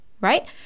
right